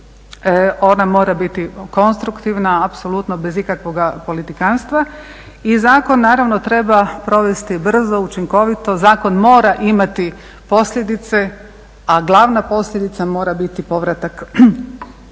ona mora biti konstruktivna apsolutno bez ikakvog politikantstva i zakon treba provesti brzo, učinkovito, zakon mora imati posljedica, a glavna posljedica mora biti povratak kućama.